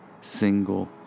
single